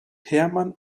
hermann